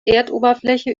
erdoberfläche